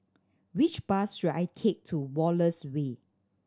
which bus should I take to Wallace Way